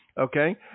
okay